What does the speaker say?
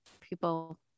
people